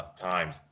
times